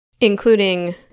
including